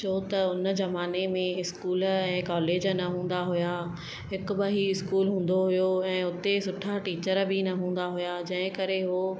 छो त उन ज़माने में स्कूल ऐं कॉलेज न हूंदा हुया हिकु ॿ ई स्कूल हूंदो हुयो ऐं उते सुठा टीचर बि न हूंदा हुया जंहिं करे हो